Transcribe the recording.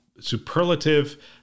superlative